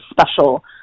special